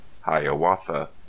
Hiawatha